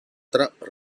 track